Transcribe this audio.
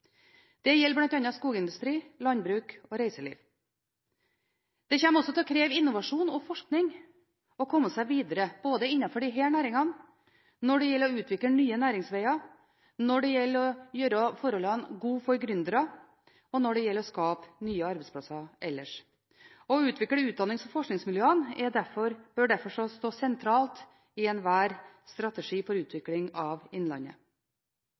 Det gjelder bl.a. skogindustri, landbruk og reiseliv. Det kommer også til å kreve innovasjon og forskning å komme seg videre innenfor disse næringene, når det gjelder å utvikle nye næringsveger, når det gjelder å gjøre forholdene gode for gründere, og når det gjelder å skape nye arbeidsplasser ellers. Å utvikle utdannings- og forskningsmiljøene bør derfor stå sentralt i enhver strategi for utvikling av Innlandet.